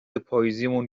پاییزیمون